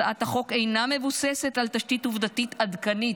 הצעת החוק אינה מבוססת על תשתית עובדתית עדכנית,